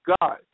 God